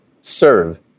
Serve